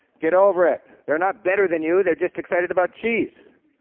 get over it. they're not better than you, they're just excited about cheese.